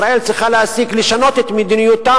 ישראל צריכה להסיק ולשנות את מדיניותה